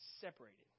separated